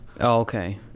okay